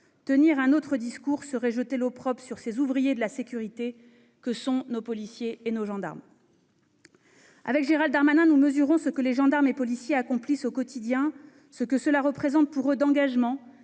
Tenir un autre discours reviendrait à jeter l'opprobre sur ces ouvriers de la sécurité que sont nos policiers et nos gendarmes. Gérald Darmanin et moi-même, nous mesurons ce que les gendarmes et policiers accomplissent au quotidien, ce que cela représente pour eux d'engagement,